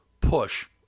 push